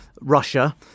Russia